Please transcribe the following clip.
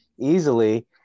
easily